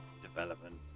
development